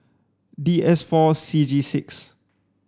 D S four C G six